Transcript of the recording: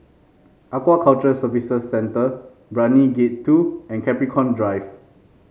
Aquaculture Services Centre Brani Gate Two and Capricorn Drive